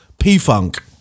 P-Funk